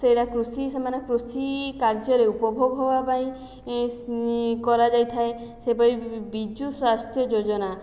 ସେଇଟା କୃଷି ସେମାନେ କୃଷି କାର୍ଯ୍ୟରେ ଉପଭୋଗ ହେବା ପାଇଁ କରାଯାଇଥାଏ ସେହିପରି ବିଜୁ ସ୍ୱାସ୍ଥ୍ୟ ଯୋଜନା